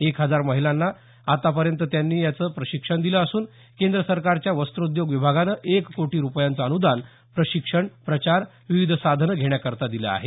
एक हजार महिलांना आतापर्यंत याचं प्रशिक्षण दिलं असून केंद्र सरकारच्या वस्त्रोद्योग विभागानं एक कोटी रुपयांचं अनुदान प्रशिक्षण प्रचार विविध साधनं घेण्याकरता दिलं आहे